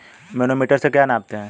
Manometer से क्या नापते हैं?